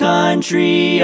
Country